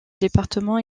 département